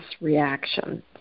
reaction